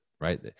Right